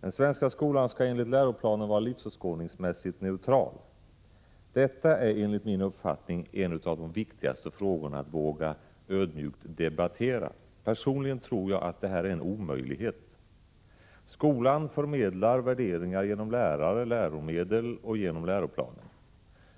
Den svenska skolan skall enligt läroplanen vara livsåskådningsmässigt neutral. Det är enligt min uppfattning en av de viktigaste frågorna att ödmjukt våga debattera. Personligen tror jag neutraliteten är en omöjlighet. Skolan förmedlar värderingar genom lärare, läromedel och genom läroplanen.